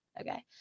okay